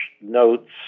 notes